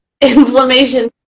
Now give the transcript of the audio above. inflammation